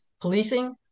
policing